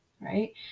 right